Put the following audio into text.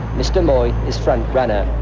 mr moi is front runner.